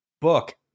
book